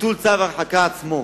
ביטול צו ההרחקה עצמו.